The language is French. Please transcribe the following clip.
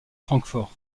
francfort